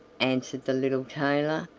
answered the little tailor,